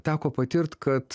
teko patirt kad